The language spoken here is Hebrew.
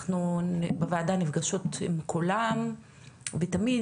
אנחנו בוועדה נפגשות עם כולם ותמיד,